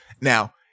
Now